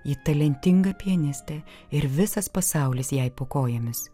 ji talentinga pianistė ir visas pasaulis jai po kojomis